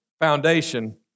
foundation